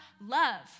love